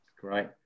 Great